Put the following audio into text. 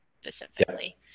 specifically